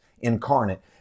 incarnate